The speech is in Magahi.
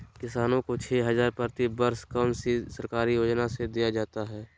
किसानों को छे हज़ार प्रति वर्ष कौन सी सरकारी योजना से दिया जाता है?